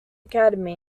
academy